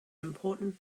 important